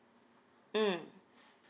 mm